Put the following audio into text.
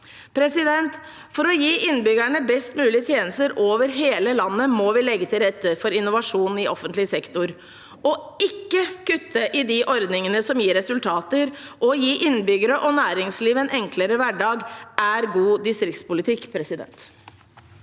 av. For å gi innbyggerne best mulig tjenester over hele landet må vi legge til rette for innovasjon i offentlig sektor. Ikke å kutte i de ordningene som gir resultater, og å gi innbyggere og næringsliv en enklere hverdag, er god distriktspolitikk. Kathrine